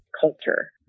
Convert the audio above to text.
culture